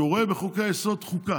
שהוא רואה בחוקי-היסוד חוקה.